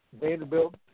Vanderbilt